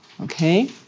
okay